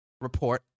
report